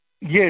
Yes